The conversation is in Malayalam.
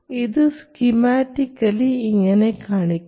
ഇത് സ്കിമാറ്റിക്കലി ഇങ്ങനെ കാണിക്കാം